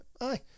Aye